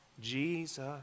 Jesus